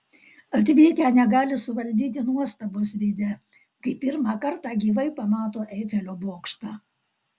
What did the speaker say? atvykę negali suvaldyti nuostabos veide kai pirmą kartą gyvai pamato eifelio bokštą